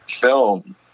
film